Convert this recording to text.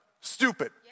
stupid